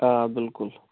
آ بِلکُل